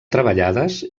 treballades